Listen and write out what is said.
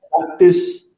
practice